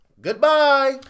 goodbye